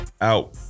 Out